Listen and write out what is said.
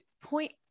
point